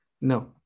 no